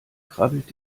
krabbelt